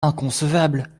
inconcevable